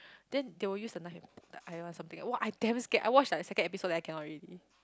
then they will use the knife like something right !wah! I damn scared I watch like second episode then I cannot already